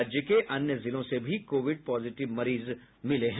राज्य के अन्य जिलों से भी कोविड पॉजिटिव मरीज मिले हैं